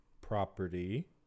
property